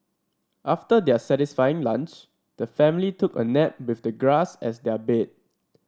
after their satisfying lunch the family took a nap with the grass as their bed